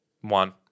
One